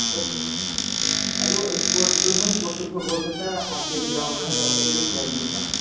ꯑꯗꯨ ꯏꯁꯄꯣꯔꯠꯇꯨ ꯅꯣꯏ ꯏꯁꯄꯣꯔꯠꯇꯨ ꯐꯨꯠꯕꯣꯜ ꯈꯛꯇ ꯑꯥꯏꯇꯦꯝꯗꯨ ꯌꯥꯎꯕ꯭ꯔꯥ ꯅꯠꯇ꯭ꯔꯒ ꯑꯇꯩ ꯀꯔꯤ ꯀꯔꯤ ꯑꯥꯏꯇꯦꯝ ꯌꯥꯎꯒꯦ